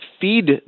feed